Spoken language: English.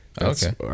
Okay